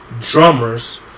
drummers